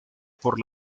por